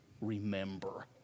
remember